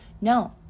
No